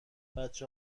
بچه